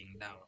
down